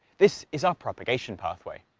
this is our propagation pathway.